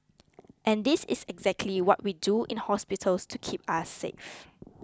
and this is exactly what we do in hospitals to keep us safe